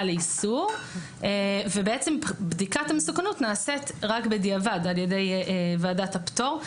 לאיסור ובעצם בדיקת המסוכנות נעשית רק בדיעבד על ידי ועדת הפטור.